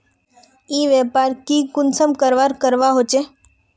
ई व्यापार की कुंसम करवार करवा होचे?